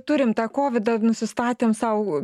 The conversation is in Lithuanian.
turim tą kovidą nusistatėm sau